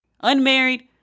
Unmarried